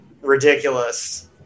ridiculous